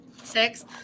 six